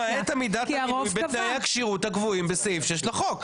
למעט עמידת בתנאי הכשירות הקבועים בסעיף 6 לחוק,